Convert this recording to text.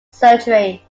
surgery